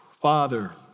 Father